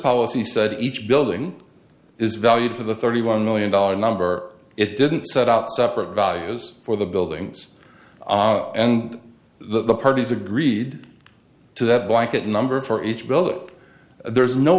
policy said each building is valued for the thirty one million dollars number it didn't set out separate values for the buildings and the parties agreed to that blanket number for each broke there's no